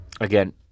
again